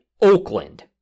Oakland